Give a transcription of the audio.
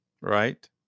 Right